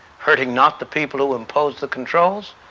hurting not the people who impose the controls,